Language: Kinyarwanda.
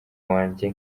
wanjye